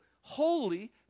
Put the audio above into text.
holy